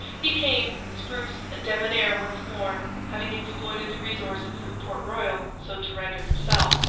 he came, spruce and debonair once more, having exploited the resources of port royal so to render himself.